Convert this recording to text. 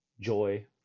joy